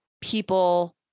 people